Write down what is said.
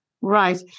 Right